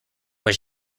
was